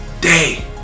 day